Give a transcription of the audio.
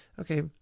okay